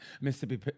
Mississippi